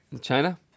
China